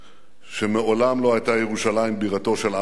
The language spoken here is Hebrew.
שמעולם לא היתה ירושלים בירתו של עם אחר,